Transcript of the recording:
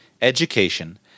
education